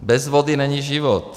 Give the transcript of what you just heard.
Bez vody není život.